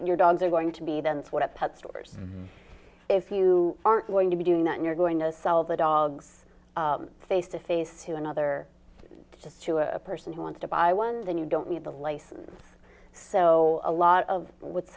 your dogs are going to be then what a pet stores if you aren't going to be doing that you're going to sell the dogs face to face to another just to a person who wants to buy one then you don't need a license so a lot of what's